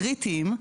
הם קריטיים.